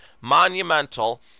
monumental